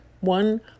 one